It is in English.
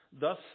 thus